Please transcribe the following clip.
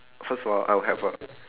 first of all I would have a